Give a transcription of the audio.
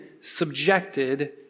subjected